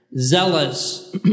zealous